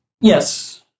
Yes